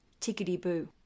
tickety-boo